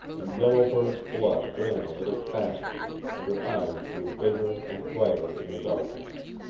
and yellow bird's blood ran a little faster and her eyes grew bigger and brighter in the darkness.